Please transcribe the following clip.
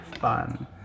fun